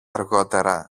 αργότερα